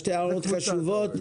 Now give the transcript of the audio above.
שתי הערות חשובות.